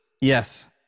Yes